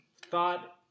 thought